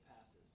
passes